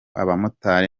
abamotari